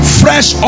fresh